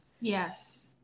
Yes